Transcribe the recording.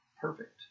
perfect